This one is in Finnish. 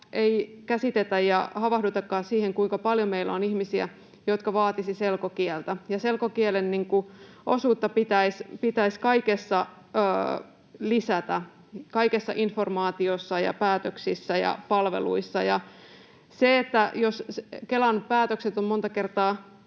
ei käsitetä ja havahdutakaan siihen, kuinka paljon meillä on ihmisiä, jotka vaatisivat selkokieltä. Selkokielen osuutta pitäisi kaikessa lisätä, kaikessa informaatiossa ja päätöksissä ja palveluissa. Jos Kelan päätökset ovat monta kertaa